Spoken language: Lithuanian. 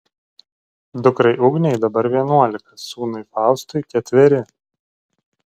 dukrai ugnei dabar vienuolika sūnui faustui ketveri